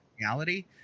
reality